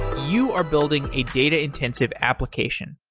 you are building a data-intensive application.